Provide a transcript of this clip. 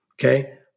okay